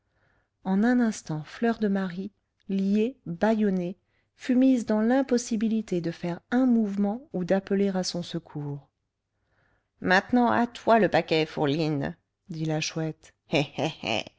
en un instant fleur de marie liée bâillonnée fut mise dans l'impossibilité de faire un mouvement ou d'appeler à son secours maintenant à toi le paquet fourline dit la chouette